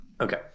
Okay